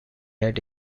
had